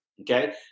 Okay